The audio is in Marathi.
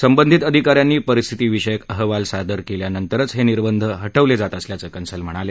संबंधित अधिकाऱ्यांनी परिस्थितीविषयक अहवाल सादर केल्यानंतरच हे निर्बंध हटवले जात असल्याचं कंसल म्हणाले